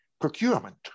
procurement